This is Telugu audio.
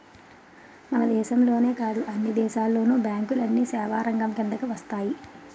మన దేశంలోనే కాదు అన్ని దేశాల్లోను బ్యాంకులన్నీ సేవారంగం కిందకు వస్తాయి